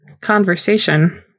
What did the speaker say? conversation